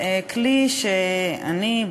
כלי שאני,